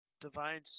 Divine